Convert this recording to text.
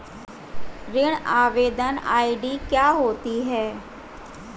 ऋण आवेदन आई.डी क्या होती है?